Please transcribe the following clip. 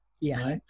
Yes